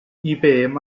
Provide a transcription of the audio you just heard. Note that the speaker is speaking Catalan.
ibm